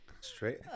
Straight